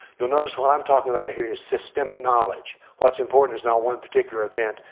you'll notive what i'm talking about here is systemic knowledge. what's important is not one particular event,